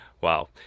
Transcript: Wow